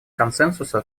консенсуса